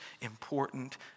important